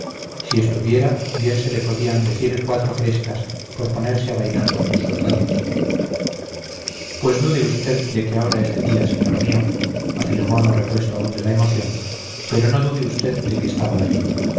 si estuviera bien se le podían decir cuatro frescas por ponerse a bailar con los soldados pues dude usted de que ahora es de día señor mío afirmó no repuesto aún de la emoción pero no dude usted de que estaba allí